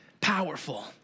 powerful